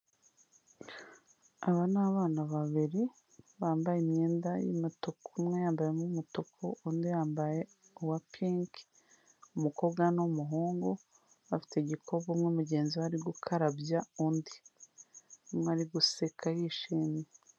Aba nia abana babiri bambaye imyenda y'umutuku, umwe yambayemo umutuku undi yambaye uwa pinki, umukobwa n'umuhungu bafite igikopu umwe mugenzi we ari gukarabya undi, ari ari guseka yishimye.